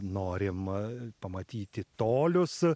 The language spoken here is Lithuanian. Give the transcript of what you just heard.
norim pamatyti tolius